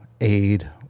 aid